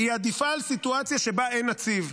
עדיפה על סיטואציה שבה אין נציב,